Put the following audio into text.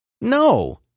No